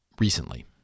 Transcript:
recently